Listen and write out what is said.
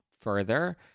further